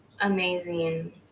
amazing